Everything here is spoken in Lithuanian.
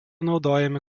naudojami